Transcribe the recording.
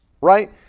right